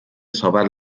salvat